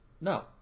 no